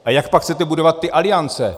A jak pak chcete budovat ty aliance?